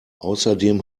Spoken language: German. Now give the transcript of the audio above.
außerdem